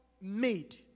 made